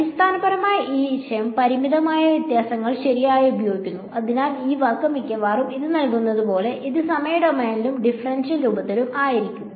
അടിസ്ഥാനപരമായി ഈ ആശയം പരിമിതമായ വ്യത്യാസങ്ങൾ ശരിയായി ഉപയോഗിക്കുന്നു അതിനാൽ ഈ വാക്ക് മിക്കവാറും അത് നൽകുന്നതുപോലെ ഇത് സമയ ഡൊമെയ്നിലും ഡിഫറൻഷ്യൽ രൂപത്തിലും ആയിരിക്കും